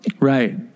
Right